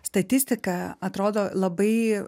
statistiką atrodo labai